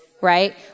right